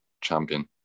champion